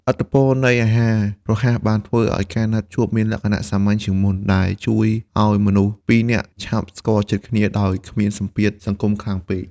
ឥទ្ធិពលនៃអាហាររហ័សបានធ្វើឱ្យការណាត់ជួបមានលក្ខណៈសាមញ្ញជាងមុន ដែលជួយឱ្យមនុស្សពីរនាក់ឆាប់ស្គាល់ចិត្តគ្នាដោយគ្មានសម្ពាធសង្គមខ្លាំងពេក។